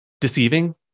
deceiving